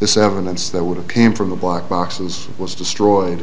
this evidence that would have came from the black boxes was destroyed